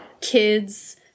kids